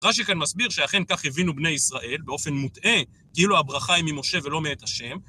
רש״י כאן מסביר שאכן כך הבינו בני ישראל באופן מוטעה, כאילו הברכה היא ממשה ולא מאת השם.